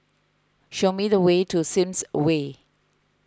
show me the way to Sims Way